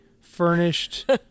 furnished